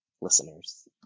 listeners